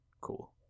cool